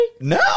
No